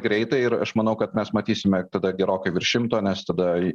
greitai ir aš manau kad mes matysime tada gerokai virš šimto nes tada